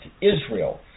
Israel